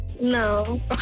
No